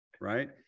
Right